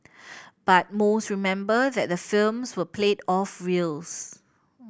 but most remember that the films were played off reels